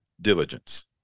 diligence